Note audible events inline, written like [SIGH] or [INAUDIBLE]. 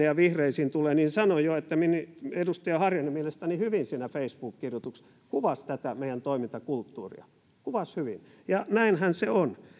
[UNINTELLIGIBLE] ja vihreisiin tulee niin sanoin jo että edustaja harjanne mielestäni hyvin siinä facebook kirjoituksessa kuvasi tätä meidän toimintakulttuuria kuvasi hyvin näinhän se on